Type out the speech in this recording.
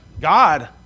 God